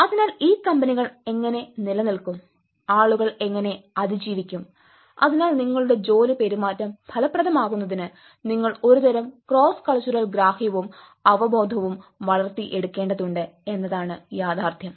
അതിനാൽ ഈ കമ്പനികൾ എങ്ങനെ നിലനിൽക്കും ആളുകൾ എങ്ങനെ അതിജീവിക്കും അതിനാൽ നിങ്ങളുടെ ജോലി പെരുമാറ്റം ഫലപ്രദമാകുന്നതിന് നിങ്ങൾ ഒരുതരം ക്രോസ് കൾച്ചറൽ ഗ്രാഹ്യവും അവബോധവും വളർത്തിയെടുക്കേണ്ടതുണ്ട് എന്നതാണ് യാഥാർത്ഥ്യം